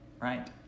right